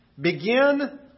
Begin